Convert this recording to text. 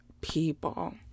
people